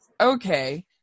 okay